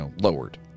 lowered